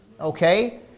Okay